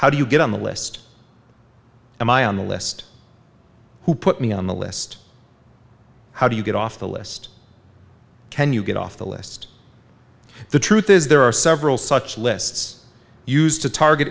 how do you get on the list am i on the list who put me on the list how do you get off the list can you get off the list the truth is there are several such lists used to target